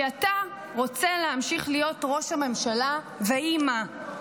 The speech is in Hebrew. כי אתה רוצה להמשיך להיות ראש הממשלה ויהיה מה.